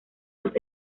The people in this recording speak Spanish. los